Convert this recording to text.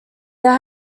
they